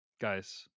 guys